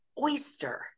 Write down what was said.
oyster